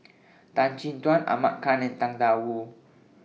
Tan Chin Tuan Ahmad Khan and Tang DA Wu